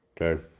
Okay